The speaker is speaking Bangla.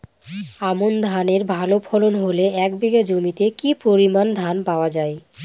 আমন ধানের ভালো ফলন হলে এক বিঘা জমিতে কি পরিমান ধান পাওয়া যায়?